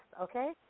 Okay